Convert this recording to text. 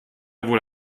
wohl